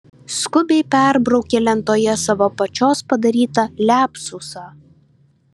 skubiai perbraukė lentoje savo pačios padarytą liapsusą